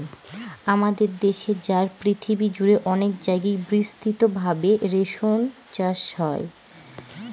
আমাদের দেশে আর পৃথিবী জুড়ে অনেক জায়গায় বিস্তৃত ভাবে রেশম চাষ হয়